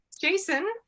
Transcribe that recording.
Jason